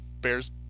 Bears